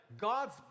God's